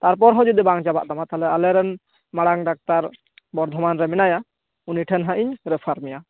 ᱛᱟᱨᱯᱚᱨ ᱦᱚᱸ ᱡᱚᱫᱤ ᱵᱟᱝ ᱪᱟᱵᱟᱜ ᱛᱟᱢᱟ ᱛᱟᱦᱚᱞᱮ ᱟᱞᱮᱨᱮᱱ ᱢᱟᱨᱟᱝ ᱰᱟᱠᱛᱟᱨ ᱵᱚᱨᱰᱷᱚᱢᱟᱱᱨᱮ ᱢᱮᱱᱟᱭᱟ ᱩᱱᱤᱴᱷᱮᱱ ᱦᱟᱸᱜ ᱤᱧ ᱨᱮᱯᱷᱟᱨ ᱢᱮᱭᱟ